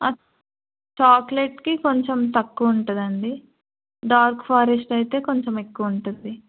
చాక్లెట్కి కొంచెం తక్కువ ఉంటుంది అండి డార్క్ ఫారెస్ట్ అయితే కొంచెం ఎక్కువ ఉంటుంది